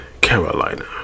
Carolina